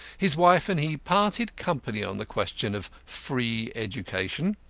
his wife and he parted company on the question of free education.